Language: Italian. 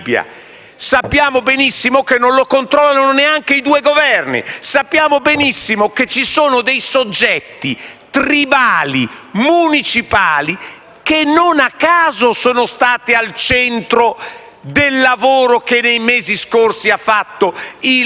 Sappiamo benissimo che non la controllano neanche gli altri due Governi. Sappiamo benissimo che ci sono dei soggetti tribali municipali che non a caso sono stati al centro del lavoro che nei mesi scorsi ha fatto il Governo